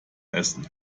essen